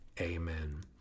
amen